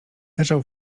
leżał